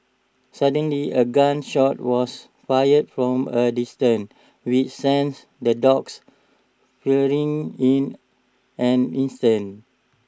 suddenly A gun shot was fired from A distance which sents the dogs fleeing in an instant